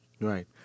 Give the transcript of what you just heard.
Right